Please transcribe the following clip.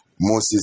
Moses